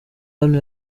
hano